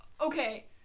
okay